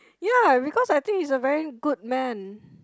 ya because I think he's a very good man